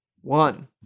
One